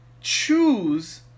choose